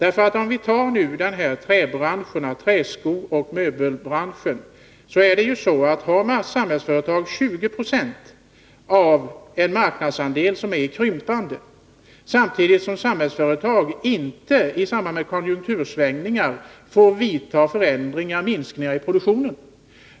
Inom dessa branscher — träskooch möbelbranscherna — har Samhällsföretag 20 20 av en marknadsandel som är krympande. Samtidigt får Samhällsföretag inte i samband med konjunktursvängningar vidta förändringar i form av minskningar i produktionen.